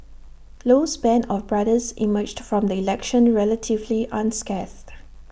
Low's Band of brothers emerged from the election relatively unscathed